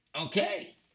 okay